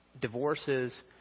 divorces